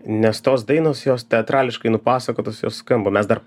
nes tos dainos jos teatrališkai nupasakotos jos skamba mes dar